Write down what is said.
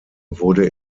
wurde